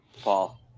Paul